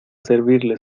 servirle